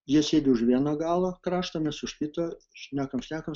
jie sėdi už vieno galo krašto mes už kito šnekam šnekam